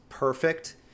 perfect